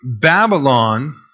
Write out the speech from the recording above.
Babylon